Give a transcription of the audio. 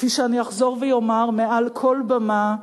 כפי שאני אחזור ואומר מעל כל במה: